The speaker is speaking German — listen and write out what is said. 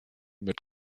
mit